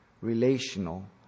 relational